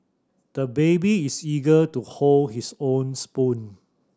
the baby is eager to hold his own spoon